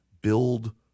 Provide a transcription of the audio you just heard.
Build